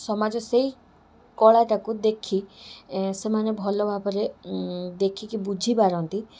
ସମାଜ ସେଇ କଳାଟାକୁ ଦେଖି ଏ ସେମାନେ ଭଲ ଭାବରେ ଦେଖିକି ବୁଝିପାରନ୍ତି